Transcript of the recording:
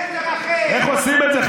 איך עושים את זה,